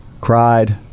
cried